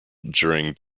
during